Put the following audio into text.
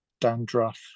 dandruff